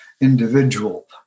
individual